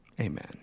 Amen